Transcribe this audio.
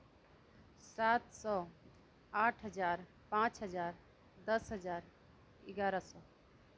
सात सौ आठ हज़ार पाँच हज़ार दस हज़ार ग्यारह सौ